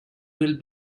will